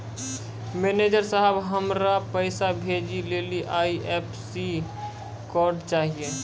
manager साहब, हमरा पैसा भेजै लेली आई.एफ.एस.सी कोड चाहियो